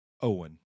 Owen